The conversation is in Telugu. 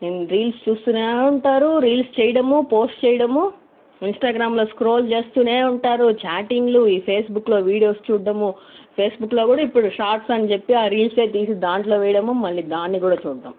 రీల్స్ చూస్తూనే ఉంటారు రీల్స్ చేయడం పోస్ట్ చేయడము ఇన్స్టాగ్రామ్లో స్క్రోల్ చేస్తూనే ఉంటారు చాటింగ్లు ఈ ఫేస్బుక్లో వీడియో చూడడం ఫేస్బుక్లో కూడా ఇప్పుడు షాట్స్ అని చెప్పి ఆ రీల్స్ఏ తీసి దాంట్లో వేయడం మళ్ళీ దాన్ని కూడా చూడడం